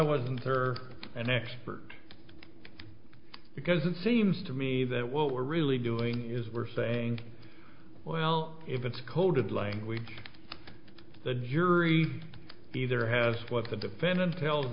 wasn't there an expert because it seems to me that what we're really doing is we're saying well if it's coded language the jury either has what the defendant tells